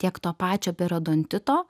tiek to pačio periodontito